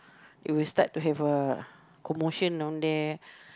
it will start to have a commotion down there